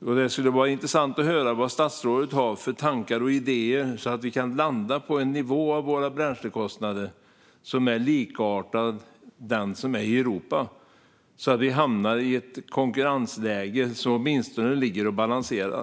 i dag. Det skulle vara intressant att höra vad statsrådet har för tankar och idéer så att Sverige kan landa på en nivå på våra bränslekostnader som är likartad den som råder i Europa. Då kan vi hamna i ett konkurrensläge som åtminstone ligger och balanserar.